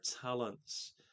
talents